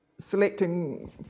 Selecting